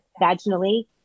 vaginally